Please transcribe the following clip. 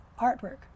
artwork